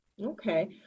Okay